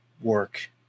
work